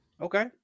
okay